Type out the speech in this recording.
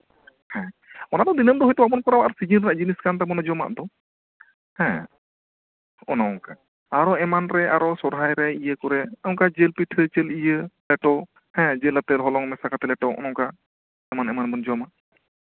ᱦᱮᱸ ᱚᱱᱟ ᱫᱚ ᱫᱤᱱᱟᱹᱢ ᱫᱚ ᱦᱳᱭᱛᱳ ᱵᱟᱵᱚᱱ ᱠᱚᱨᱟᱣᱟ ᱟᱨ ᱥᱤᱡᱤᱱ ᱨᱮᱭᱟᱜ ᱡᱤᱱᱤᱥ ᱠᱟᱱ ᱛᱟᱵᱚᱱᱟ ᱱᱚᱶᱟ ᱡᱚᱢᱟᱜ ᱫᱚ ᱦᱮᱸ ᱱᱚᱜ ᱚᱭ ᱱᱚᱝᱠᱟ ᱟᱨᱚ ᱮᱢᱟᱱ ᱨᱮ ᱥᱚᱨᱦᱟᱭ ᱨᱮ ᱤᱭᱟᱹ ᱠᱚᱨᱮ ᱚᱱᱟ ᱡᱤᱞ ᱯᱤᱴᱷᱟᱹ ᱡᱤᱞ ᱤᱭᱟᱹ ᱞᱮᱴᱚ ᱦᱮᱸ ᱡᱤᱞ ᱟᱛᱮᱫ ᱦᱚᱞᱚᱝ ᱢᱮᱥᱟ ᱠᱟᱛᱮᱫ ᱞᱮᱴᱚ ᱦᱚᱸᱜᱼᱚ ᱱᱚᱝᱠᱟ ᱮᱢᱟᱱᱼᱮᱢᱟᱱ ᱵᱚᱱ ᱡᱚᱢᱟ